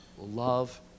love